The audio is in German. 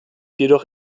jedoch